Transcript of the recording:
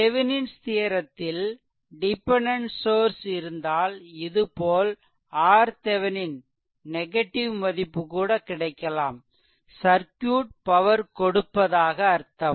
Thevenin's தியெரெத்தில் dependent source இருந்தால் இதுபோல் RThevenin நெகடிவ் மதிப்பு கூட கிடைக்கலாம் சர்க்யூட் பவர் கொடுப்பதாக அர்த்தம்